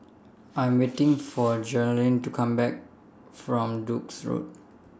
I Am waiting For Jeraldine to Come Back from Duke's Road